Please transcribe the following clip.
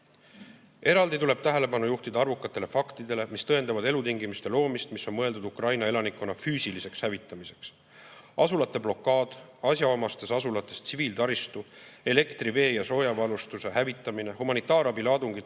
tuleb tähelepanu juhtida arvukatele faktidele, mis tõendavad elutingimuste loomist, mis on mõeldud Ukraina elanikkonna füüsiliseks hävitamiseks. Asulate blokaad, asjaomastes asulates tsiviiltaristu – elektri-, vee‑ ja soojavarustuse – hävitamine, humanitaarabi laadungitele